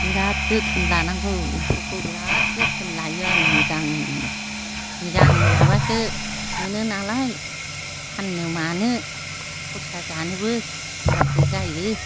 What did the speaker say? बिराद जोथोन लानांगौ एम्फौखौ बिराद जोथोन लायो आङो मोजांनो मोजां लाबासो मोजां नालाय फाननो मानो खरसा जानोबो होनबासो जायो